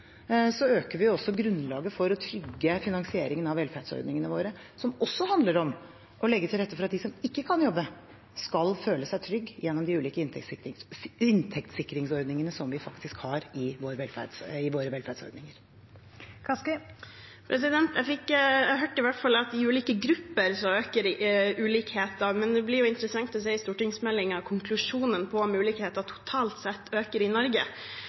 øker vi også grunnlaget for å trygge finansieringen av velferdsordningene våre, som også handler om å legge til rette for at de som ikke kan jobbe, skal føle seg trygge gjennom de ulike inntektssikringsordningene vi faktisk har i våre velferdsordninger. Jeg hørte i hvert fall at i ulike grupper øker ulikhetene, men det blir interessant å se konklusjonen i stortingsmeldingen på om ulikhetene totalt sett øker i Norge.